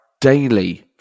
daily